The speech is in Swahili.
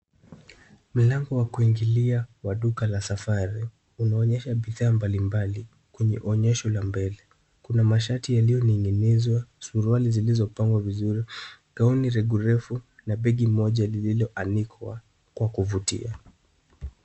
Mlango wa kuingilia kwa duka la safari unaonyesha picha mbalimbali kwenye onyesho la mbele. Kuna mashati yaliyo ning'inizwa, suruali zilizo pangwa vizuri gauni refu refu na begi moja lililo anikwa kwa kuvutia.